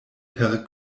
per